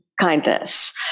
kindness